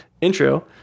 intro